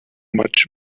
much